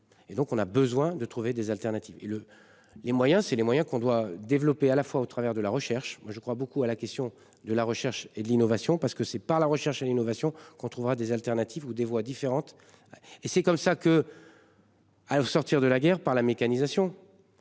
et donc on a besoin de trouver des alternatives et le les moyens c'est les moyens qu'on doit développer à la fois au travers de la recherche. Moi je crois beaucoup à la question de la recherche et l'innovation parce que c'est par la recherche et l'innovation qu'on trouvera des alternatives ou des voix différentes. Et c'est comme ça que. Vous sortir de la guerre par la mécanisation.